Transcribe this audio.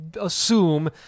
assume